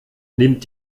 nimmt